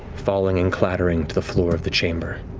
falling and clattering to the floor of the chamber.